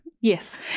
Yes